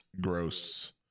gross